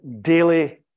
daily